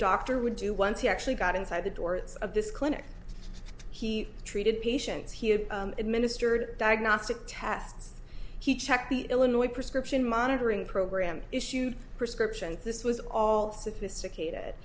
doctor would do once he actually got inside the door its of this clinic he treated patients he had administered diagnostic tests he checked the illinois prescription monitoring program issued prescriptions this was all sophisticated